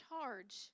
charge